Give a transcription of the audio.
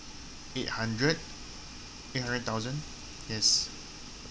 eight hundred eight hundred thousand yes